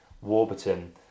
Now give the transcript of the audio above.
Warburton